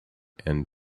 and